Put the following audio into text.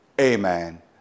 Amen